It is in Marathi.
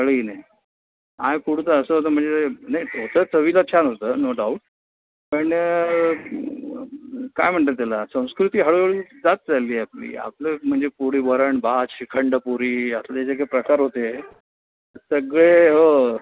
कळलं की नाही थाय फूड तर असं होतं म्हणजे नाही होतं चवीला छान होतं नो डाऊट पण काय म्हणतात त्याला संस्कृती हळूहळू जात चालली आहे आपली आपलं म्हणजे पुरी वरण भात श्रीखंड पुरी असले जे काय प्रकार होते सगळे हो